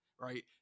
right